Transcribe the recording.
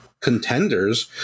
contenders